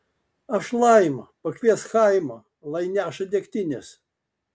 aš laima pakviesk chaimą lai neša degtinės